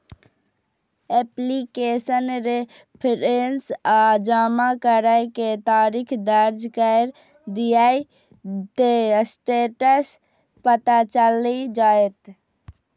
application reference आ जमा करै के तारीख दर्ज कैर दियौ, ते स्टेटस पता चलि जाएत